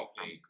okay